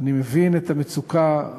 אני מבין את המצוקה,